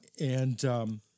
and-